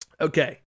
Okay